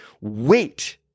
wait